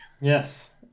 yes